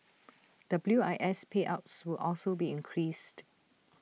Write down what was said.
W I S payouts will also be increased